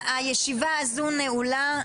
הישיבה הזו נעולה.